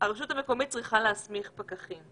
הרשות המקומית צריכה להסמיך פקחים,